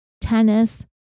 tennis